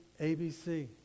ABC